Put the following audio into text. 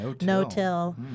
No-till